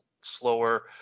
slower